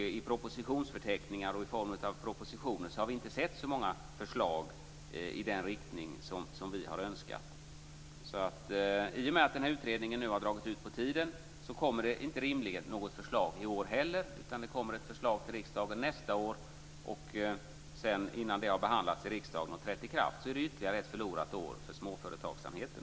I propositionsförteckningar och i propositioner har vi inte sett så många förslag i den riktning som vi har önskat. I och med att den här utredningen nu har dragit ut på tiden kommer det rimligen inte något förslag i år heller, utan det kommer ett förslag till riksdagen nästa år, och innan det har behandlats i riksdagen och trätt i kraft har det gått ytterligare ett förlorat år för småföretagsamheten.